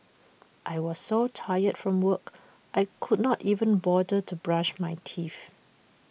I was so tired from work I could not even bother to brush my teeth